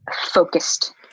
focused